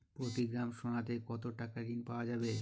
প্রতি গ্রাম সোনাতে কত টাকা ঋণ পাওয়া যাবে?